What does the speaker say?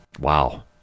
Wow